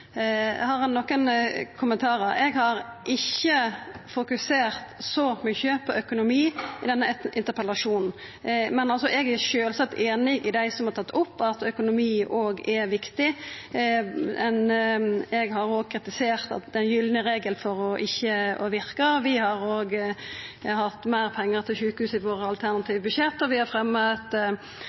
Eg har nokre kommentarar. Eg har ikkje fokusert så mykje på økonomi i denne interpellasjonen, men eg er sjølvsagt einig med dei som har tatt opp at økonomi òg er viktig. Eg har òg kritisert den gylne regelen for ikkje å verka. Vi har òg hatt meir pengar til sjukehus i våre alternative budsjett, og vi har fremja eit